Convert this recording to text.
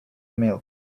milk